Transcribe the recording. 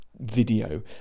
video